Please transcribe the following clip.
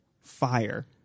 Fire